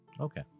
Okay